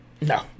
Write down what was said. No